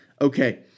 Okay